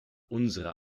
unserer